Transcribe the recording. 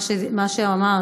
מה שאמרת.